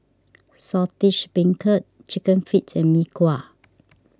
Saltish Beancurd Chicken Feet and Mee Kuah